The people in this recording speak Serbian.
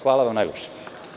Hvala vam najlepše.